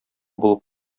булып